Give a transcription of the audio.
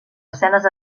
escenes